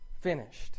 finished